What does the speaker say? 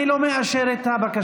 אני לא מאשר את הבקשה.